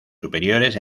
superiores